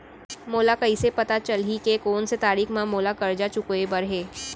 मोला कइसे पता चलही के कोन से तारीक म मोला करजा चुकोय बर हे?